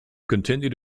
continued